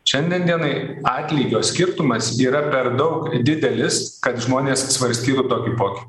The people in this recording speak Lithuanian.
šiandien dienai atlygio skirtumas yra per daug didelis kad žmonės svarstytų tokį pokytį